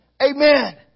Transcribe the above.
Amen